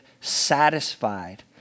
satisfied